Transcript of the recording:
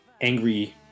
angry